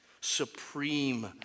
supreme